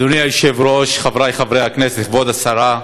אדוני היושב-ראש, חברי חברי הכנסת, כבוד השרה,